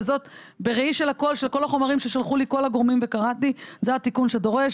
בראי של כל החומרים ששלחו לי כל הגורמים וקראתי זה התיקון שדרוש,